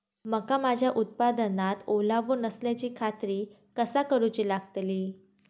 मका माझ्या उत्पादनात ओलावो नसल्याची खात्री कसा करुची लागतली?